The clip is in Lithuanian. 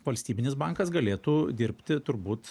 valstybinis bankas galėtų dirbti turbūt